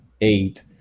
eight